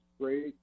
great